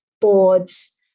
boards